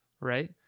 right